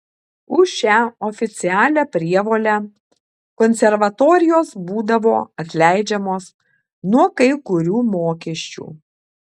už šią oficialią prievolę konservatorijos būdavo atleidžiamos nuo kai kurių mokesčių